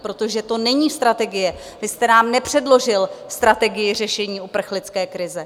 Protože to není strategie, vy jste nám nepředložil strategii řešení uprchlické krize.